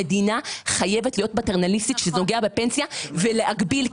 המדינה חייבת להיות פטרנליסטית כשזה נוגע בפנסיה ולהגביל.